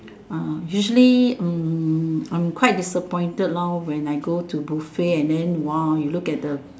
uh usually mm I'm quite disappointed lor when I go to buffet and then !wah! you look at the